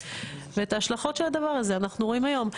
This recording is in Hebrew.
ואת ההשלכות של הדבר הזה אנחנו רואים היום.